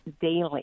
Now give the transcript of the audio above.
daily